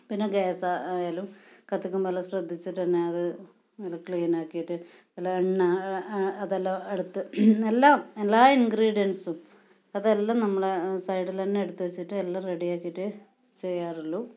പിന്നെ ഗ്യാസ് ആയാലും കത്തിക്കുമ്പോൾ നല്ല ശ്രദ്ധിച്ചിട്ട് തന്നെ അത് നല്ല ക്ലീൻ ആക്കിയിട്ട് നല്ല എണ്ണ അതെല്ലാം എടുത്ത് എല്ലാ എല്ലാ ഇൻഗ്രീഡിയൻസും അതെല്ലാം നമ്മള സൈഡിൽ തന്നെ എടുത്ത് വെച്ചിട്ട് എല്ലാം റെഡി ആക്കിയിട്ടേ ചെയ്യാറുള്ളൂ